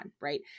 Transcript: Right